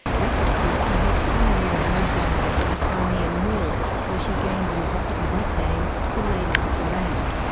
references to her pioneering nursing role in the crimean war, where she gained the evocative nickname the lady with the lamp.